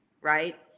right